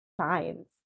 signs